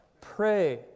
Pray